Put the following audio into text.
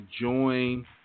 join